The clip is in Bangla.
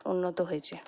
উন্নত হয়েছে